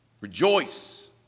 Rejoice